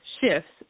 shifts